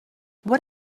what